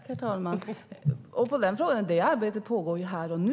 Herr talman! På den frågan är svaret att det arbetet ju pågår här och nu.